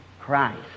Christ